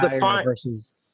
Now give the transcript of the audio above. versus